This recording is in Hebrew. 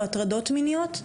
או על הטרדות מיניות?